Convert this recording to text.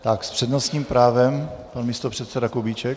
S přednostním právem pan místopředseda Kubíček.